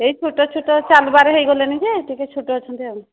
ଏଇ ଛୋଟ ଛୋଟ ଚାଲିବାର ହୋଇଗଲେଣି ଯେ ଟିକେ ଛୋଟ ଅଛନ୍ତି ଆଉ